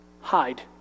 hide